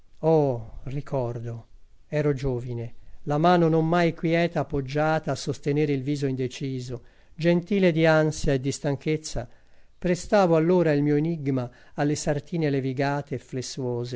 oh ricordo ero giovine la mano non mai quieta poggiata a sostenere il viso indeciso gentile di ansia e di stanchezza prestavo allora il mio enigma alle sartine levigate